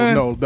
no